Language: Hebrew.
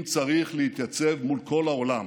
אם צריך, להתייצב מול כל העולם.